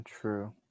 true